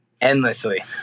endlessly